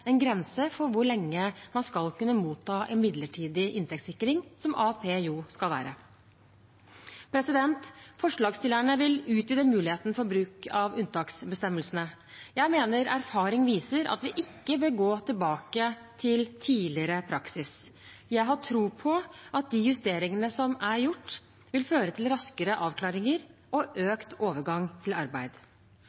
en grense for hvor lenge man skal kunne motta en midlertidig inntektssikring, som AAP jo skal være. Forslagsstillerne vil utvide muligheten for bruk av unntaksbestemmelsene. Jeg mener erfaring viser at vi ikke bør gå tilbake til tidligere praksis. Jeg har tro på at de justeringene som er gjort, vil føre til raskere avklaringer og